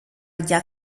rya